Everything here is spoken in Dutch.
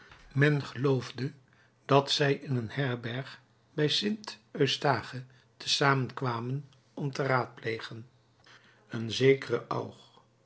men geloofde dat zij in een herberg bij st eustache te zamen kwamen om te raadplegen een zekere aug